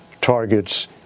targets